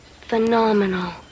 phenomenal